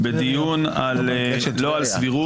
בדיון לא על סבירות,